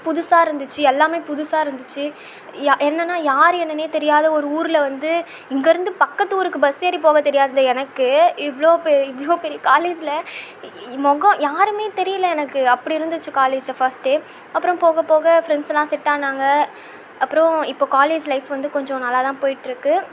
புதுசாகருந்துச்சி எல்லாமே வந்து புதுசாகருந்துச்சி என்னென்னால் யார் என்னென்னே தெரியாத ஒரு ஊரில் வந்து இங்கேருந்து பக்கத்து ஊருக்கு பஸ் ஏறி போகத் தெரியாத எனக்கு இவ்வளோ பே இவ்வளோ பெரிய காலேஜில் முகம் யாருமே தெரியல எனக்கு அப்படிருந்துச்சி காலேஜில் ஃபஸ்ட் டே அப்புறம் போக போக ஃபிரெண்ட்ஸ்லாம் செட்டானாங்க அப்புறம் இப்போ காலேஜ் லைஃப் வந்து கொஞ்சம் நல்லா தான் போயிட்டுருக்குது